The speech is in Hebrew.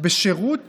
בשירות